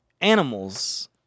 animals